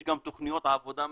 יש גם תוכניות עבודה מצוינות,